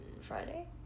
Friday